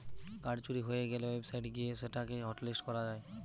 card চুরি হয়ে গ্যালে ওয়েবসাইট গিয়ে সেটা কে হটলিস্ট করা যায়